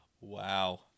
Wow